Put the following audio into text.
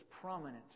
prominent